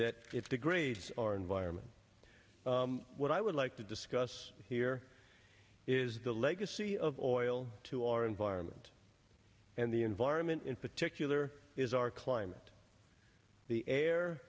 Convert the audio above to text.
that it's degrades our environment what i would like to discuss here is the legacy of oil to our environment and the environment in particular is our climate the air